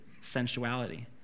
sensuality